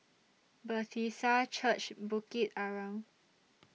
Bethesda Church Bukit Arang